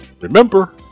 Remember